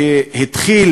שהתחיל